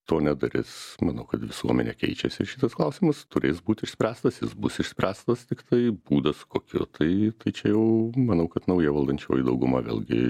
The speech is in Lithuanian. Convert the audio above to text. to nedarys manau kad visuomenė keičiasi ir šitas klausimas turės būt išspręstas jis bus išspręstas tiktai būdas kokiu tai tai čia jau manau kad nauja valdančioji dauguma vėlgi